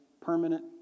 permanent